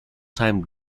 time